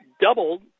doubled